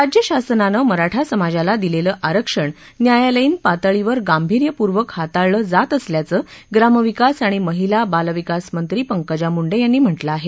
राज्य शासनानं मराठा समाजाला दिलेलं आरक्षण न्यायालयीन पातळीवर गांभीर्यपूर्वक हाताळलं जात असल्याचं ग्रामविकास आणि महिला बाल विकास मंत्री पंकजा मुंडे यांनी म्हटलं आहे